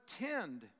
attend